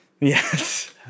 Yes